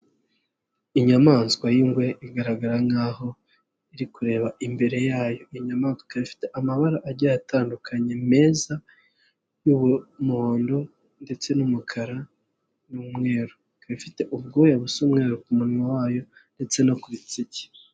Inyamaswa y'ingwe, igaragara nkaho iri kureba imbere yayo, inyamaswa ikaba ifite amabara agiye atandukanye meza y'umuhondo ndetse n'umukara n'umweru. Ikaba ifite ubwoya busa umweru ku munwa wayo ndetse no ku bitsike.